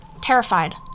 Terrified